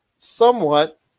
Somewhat